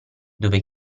dove